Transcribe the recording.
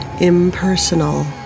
impersonal